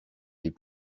les